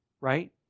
right